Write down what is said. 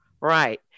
Right